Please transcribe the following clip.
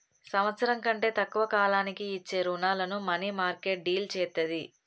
సంవత్సరం కంటే తక్కువ కాలానికి ఇచ్చే రుణాలను మనీమార్కెట్ డీల్ చేత్తది